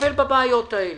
לטפל בבעיות האלה.